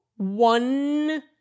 one